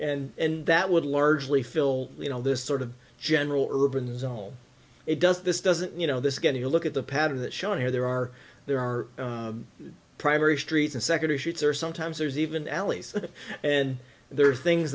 and that would largely fill you know this sort of general urban zome it does this doesn't you know this getting a look at the pattern that shown here there are there are primary streets in secular shoots or sometimes there's even alleys and there are things